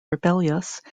rebellious